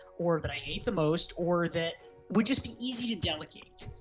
or that i hate the most, or that would just be easy to delegate?